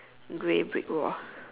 grey brick wall